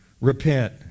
Repent